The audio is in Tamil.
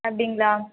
அப்படிங்களா